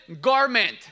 garment